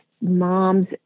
moms